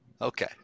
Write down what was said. Okay